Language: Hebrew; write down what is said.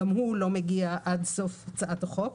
גם הוא לא מגיע עד סוף הצעת החוק.